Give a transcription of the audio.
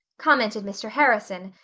commented mr. harrison,